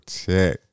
check